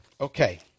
Okay